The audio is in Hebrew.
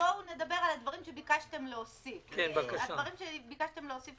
התקופה הזאת שבין האחד במרץ לאחד בספטמבר לא תיחשב במניין התקופות.